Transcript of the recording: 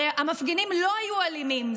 הרי המפגינים לא היו אלימים,